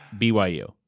BYU